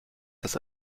dass